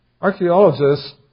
Archaeologists